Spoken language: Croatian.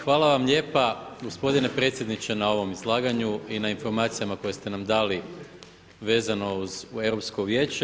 Hvala vam lijepa gospodine predsjedniče na ovom izlaganju i na informacijama koje ste nam dali vezano uz Europsko vijeće.